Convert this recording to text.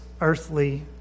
earthly